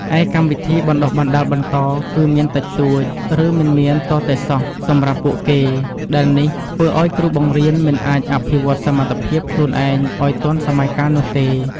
ឯកម្មវិធីបណ្តុះបណ្តាលបន្ត គឺមានតិចតួច ឬមិនមានទាល់តែសោះសម្រាប់ពួកគេ ដែលនេះធ្វើឲ្យគ្រូបង្រៀនមិនអាចអភិវឌ្ឍសមត្ថភាពខ្លួនឯងឲ្យទាន់សម័យកាលនោះទេ។